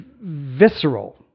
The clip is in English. visceral